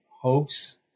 hoax